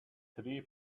three